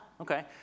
okay